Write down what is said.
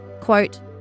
Quote